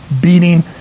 beating